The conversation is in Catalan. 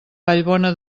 vallbona